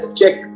check